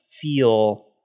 feel